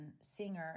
singer